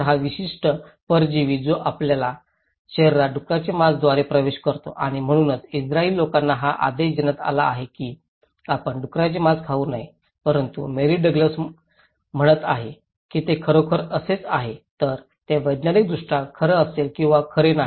तर हा विशिष्ट परजीवी जो आपल्या शरीरात डुकराचे मांस द्वारे प्रवेश करतो आणि म्हणूनच इस्त्रायली लोकांना हा आदेश देण्यात आला आहे की आपण डुकराचे मांस खाऊ नये परंतु मेरी डग्लस म्हणत आहे की ते खरोखर असेच आहे तर ते वैज्ञानिकदृष्ट्या खरे असेल किंवा खरे नाही